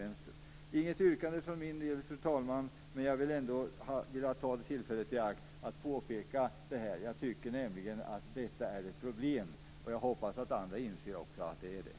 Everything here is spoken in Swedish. Det kommer inget yrkande från mitt håll, fru talman, men jag ville ändå ta tillfället i akt att påpeka detta. Jag tycker nämligen att det är ett problem. Jag hoppas att också andra inser att det är det.